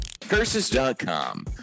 Curses.com